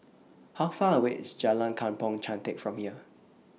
How Far away IS Jalan Kampong Chantek from here